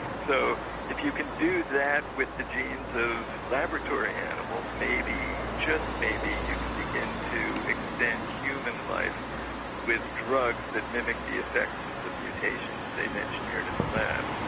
so if you can do that with the genes of laboratory animals, maybe, just maybe, you can begin to extend human life with drugs that mimic the effects of the mutations they've engineered in the lab.